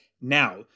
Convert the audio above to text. now